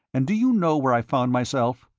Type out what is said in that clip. and do you know where i found myself?